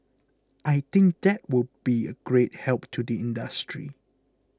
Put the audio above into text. I think that will be a great help to the industry